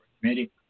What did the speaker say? committee